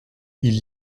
ils